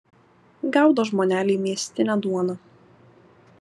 gaudo žmoneliai miestinę duoną